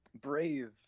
Brave